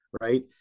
right